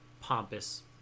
pompous